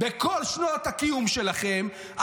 בכל שנות הקיום שלכם,